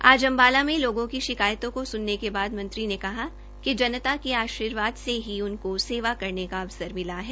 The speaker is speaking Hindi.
आज अंबाला में लोगों की शिकायतों को सुनने के बाद मंत्री ने कहा कि जनता के आर्शीवाद से ही उनको सेवा करने का अवसर मिला है